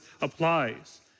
applies